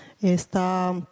esta